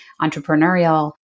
entrepreneurial